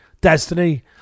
destiny